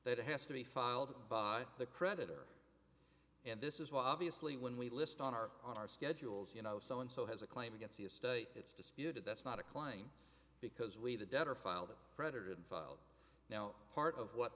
that has to be filed by the creditor and this is why obviously when we list on our on our schedules you know so and so has a claim against the estate it's disputed that's not a claim because we the debtor filed that creditor and filed now part of what